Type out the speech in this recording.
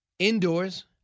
Indoors